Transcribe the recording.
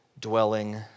dwelling